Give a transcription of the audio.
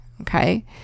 okay